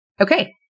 Okay